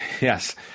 Yes